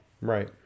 Right